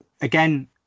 again